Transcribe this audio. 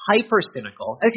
hyper-cynical